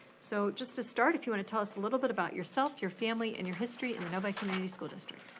so just to start, if you wanna tell us a little bit about yourself, your family and your history in novi community school district.